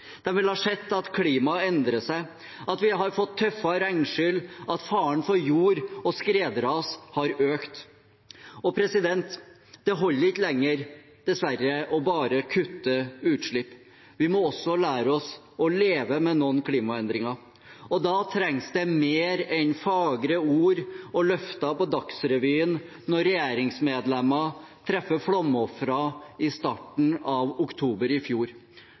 sett at klimaet har endret seg, at vi har fått tøffere regnskyll, at faren for jordras og skred har økt. Det holder ikke lenger, dessverre, bare å kutte utslipp, vi må også lære oss å leve med noen klimaendringer. Da trengs det mer enn fagre ord og løfter på Dagsrevyen – som da regjeringsmedlemmer traff flomofre i starten av oktober i fjor